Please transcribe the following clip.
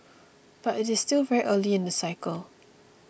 but it is still very early in the cycle